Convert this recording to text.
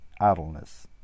idleness